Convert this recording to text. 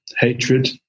hatred